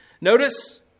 Notice